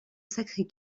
sacré